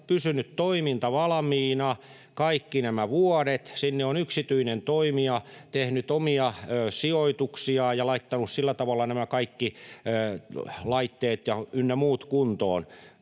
pysynyt toimintavalmiina kaikki nämä vuodet. Sinne on yksityinen toimija tehnyt omia sijoituksiaan ja laittanut sillä tavalla nämä kaikki laitteet ynnä muut kuntoon.